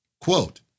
Quote